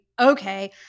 okay